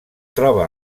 troba